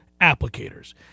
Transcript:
applicators